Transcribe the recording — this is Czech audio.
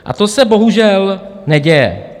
A to se bohužel neděje.